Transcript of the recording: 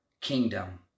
kingdom